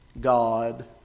God